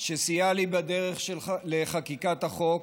שסייעה לי בדרך לחקיקת החוק.